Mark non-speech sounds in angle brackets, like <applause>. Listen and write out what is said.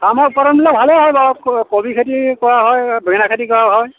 <unintelligible> কবি খেতি কৰা হয় বেঙেনা খেতি কৰা হয়